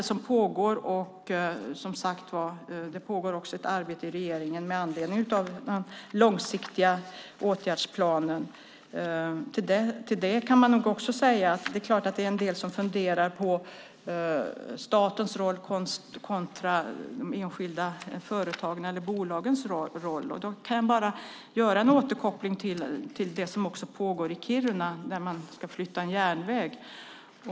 Som sagt pågår det ett arbete i regeringen med anledning av den långsiktiga åtgärdsplanen. En del funderar säkert på statens roll kontra de enskilda bolagens roll. Då kan jag göra en återkoppling till det som pågår i Kiruna, där man ska flytta en järnväg.